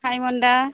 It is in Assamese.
ভাইমন দা